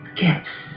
gifts